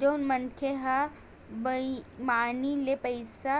जउन मनखे ह बईमानी ले पइसा